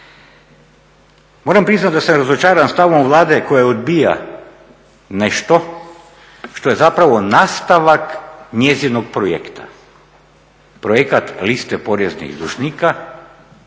Moram priznati da sam razočaran stavom Vlade koja odbija nešto što je zapravo nastavak njezinog projekta, projekat liste poreznih dužnika